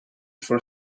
for